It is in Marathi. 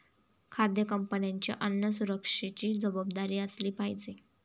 खाद्य कंपन्यांची अन्न सुरक्षेची जबाबदारी असली पाहिजे